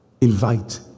invite